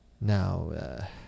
Now